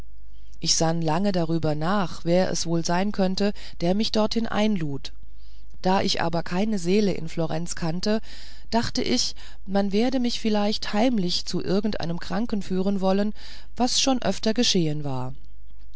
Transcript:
ich sann lange darüber nach wer es wohl sein könnte der mich dorthin einlud da ich aber keine seele in florenz kannte dachte ich man werde mich vielleicht heimlich zu irgendeinem kranken führen wollen was schon öfter geschehen war